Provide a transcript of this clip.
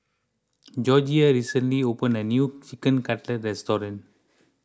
Gregoria recently opened a new Chicken Cutlet restaurant